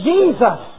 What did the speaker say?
Jesus